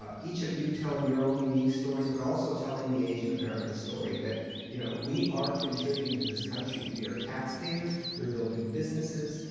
each of you telling your own unique stories, but also telling the asian-american story, that you know we are contributing to this country. we are taxpayers. we're building businesses.